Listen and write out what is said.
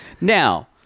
now